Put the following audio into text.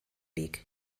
league